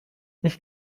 ich